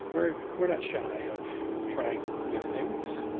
we're we're not shy of trying new things.